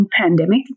pandemic